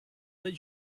that